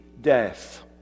death